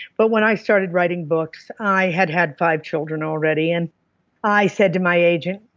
but when i started writing books, i had had five children already, and i said to my agent.